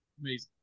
amazing